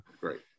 great